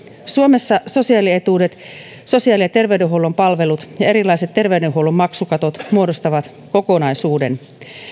suomessa sosiaalietuudet sosiaali ja terveydenhuollon palvelut ja erilaiset terveydenhuollon maksukatot muodostavat kokonaisuuden